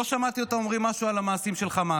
לא שמעתי אותם אומרים משהו על המעשים של חמאס.